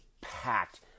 packed